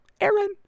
Aaron